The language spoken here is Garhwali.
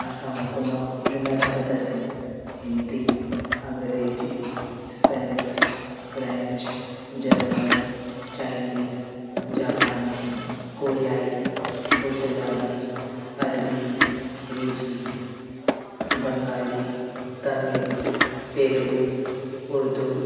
भाषाऊँ ग नौ जू मेता पता छीन हिन्दी, अंग्रेज़ी, स्पैनिश, फ़्रेंच, जर्मन, चाइनीज़, जापानी, कोर्याई, पुर्तगाली, अरबी, रूसी, बंगाली, तमिल, तेलुगु, उर्दू।